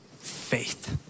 faith